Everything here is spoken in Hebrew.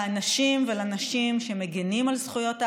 לאנשים ולנשים שמגינים על זכויות האדם,